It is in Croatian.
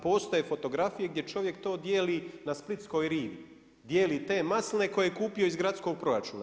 Postoje fotografije gdje čovjek to dijeli na splitskoj rivi, dijeli te masline koje je kupio iz gradskog proračuna.